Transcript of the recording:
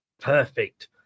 Perfect